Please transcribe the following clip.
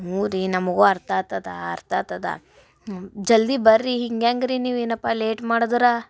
ಹ್ಞೂ ರೀ ನಮಗೂ ಅರ್ಥ ಆಗ್ತದ ಅರ್ಥ ಆಗ್ತದ ಜಲ್ದಿ ಬನ್ರಿ ಹಿಂಗೆ ಹೆಂಗೆ ರಿ ನೀವು ಏನಪ್ಪ ಲೇಟ್ ಮಾಡದರೆ